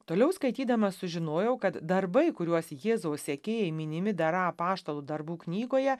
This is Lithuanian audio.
toliau skaitydamas sužinojau kad darbai kuriuos jėzaus sekėjai minimi dar apaštalų darbų knygoje